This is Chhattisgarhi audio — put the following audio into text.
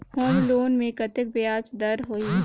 होम लोन मे कतेक ब्याज दर होही?